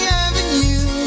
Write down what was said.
avenue